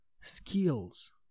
skills